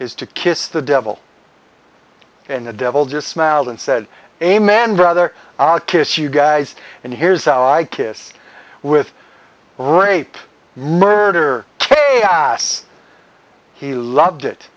is to kiss the devil and the devil just smiled and said amen brother i'll kiss you guys and here's how i kiss with rape murder ok ass he loved it